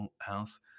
house